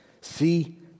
See